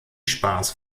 spaß